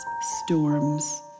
storms